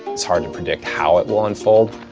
it's hard to predict how it will unfold,